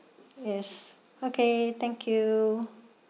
yes okay thank you